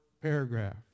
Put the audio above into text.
paragraph